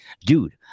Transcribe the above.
dude